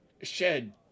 Shed